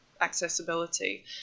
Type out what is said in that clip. accessibility